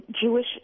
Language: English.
Jewish